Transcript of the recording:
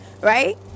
right